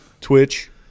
Twitch